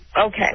Okay